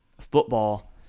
Football